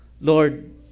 Lord